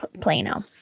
Plano